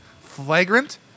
flagrant